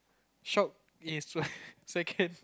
shock is like second